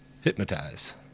Hypnotize